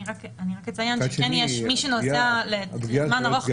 אני אציין שמי שנוסע לזמן ארוך,